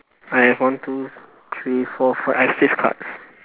I have one two three four five I have six cards